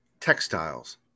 textiles